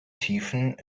tiefen